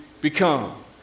become